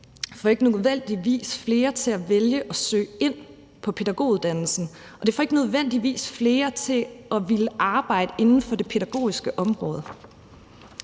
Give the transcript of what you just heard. får ikke nødvendigvis flere til at vælge at søge ind på pædagoguddannelsen, og det får ikke nødvendigvis flere til at ville arbejde inden for det pædagogiske område.